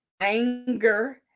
anger